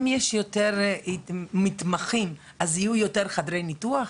אם יש יותר מתמחים יהיו יותר חדרי ניתוח?